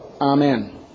Amen